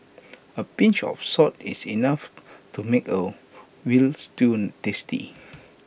A pinch of salt is enough to make A Veal Stew tasty